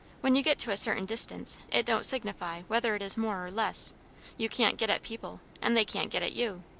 when you get to a certain distance, it don't signify whether it is more or less you can't get at people, and they can't get at you.